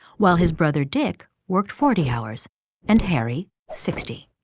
while his brother, dick worked forty hours and harry sixty.